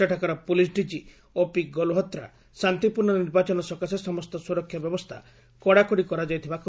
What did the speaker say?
ସେଠାକାର police DG OP Galhotra ଶାନ୍ତିପୂର୍ଣ୍ଣ ନିର୍ବାଚନ ସକାଶେ ସମସ୍ତ ସୁରକ୍ଷା ବ୍ୟବସ୍ଥା କଡ଼ାକଡ଼ି କରାଯାଇଥିବା କହିଛନ୍ତି